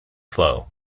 flow